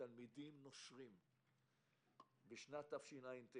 תלמידים נושרים בשנת התשע"ט.